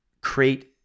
create